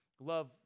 love